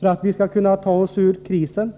för att vi skall kunna ta oss ur krisen.